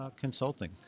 consulting